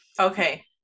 Okay